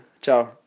Ciao